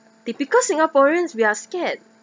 typical singaporeans we are scared